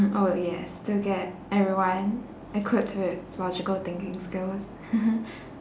mm oh yes to get everyone equipped with logical thinking skills